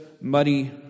muddy